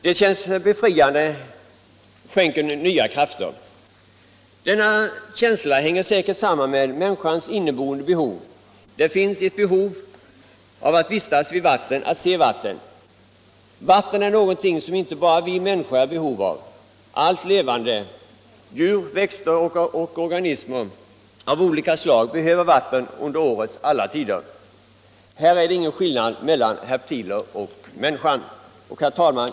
Det känns befriande, skänker nya krafter. Denna känsla hänger säkert samman med människans inneboende behov. Det finns ett behov av att vistas vid vatten, att se vatten. Vatten är någonting som inte bara vi människor är i behov av. Allt levande, djur, växter och organismer av olika slag, behöver vatten under årets alla tider. Här är det ingen skillnad mellan herptiler och människor. Herr talman!